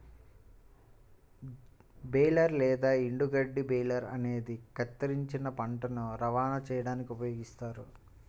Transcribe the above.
baler లేదా ఎండుగడ్డి baler అనేది కత్తిరించిన పంటను రవాణా చేయడానికి ఉపయోగిస్తారు